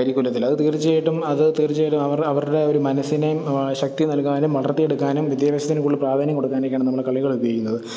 കരിക്കുലത്തിൽ അത് തീർച്ചയായിട്ടും അത് തീർച്ചയായിട്ടും അവർ അവരുടെ ഒരു മനസ്സിനേയും ശക്തി നൽകാനും വളർത്തിയെടുക്കാനും വിദ്യാഭ്യാസത്തിന് കൂടുതൽ പ്രാധാന്യം കൊടുക്കാനുമൊക്കെയാണ് നമ്മൾ കളികൾ ഉപയോഗിക്കുന്നത്